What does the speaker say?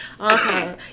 okay